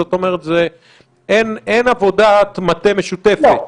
זאת אומרת שאין עבודת מטה משותפת.